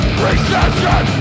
recession